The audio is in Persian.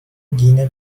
گینه